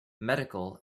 medical